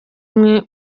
umwe